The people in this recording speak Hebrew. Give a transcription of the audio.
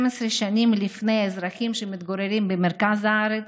שנים לפני אזרחים שמתגוררים במרכז הארץ?